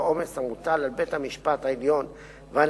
העומס המוטל על בית-המשפט העליון ועל